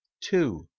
two